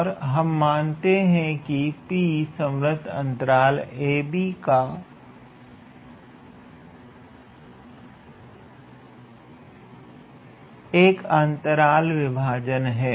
और हम मानते हैं की P संवृत अंतराल 𝑎b का अंतराल विभाजन है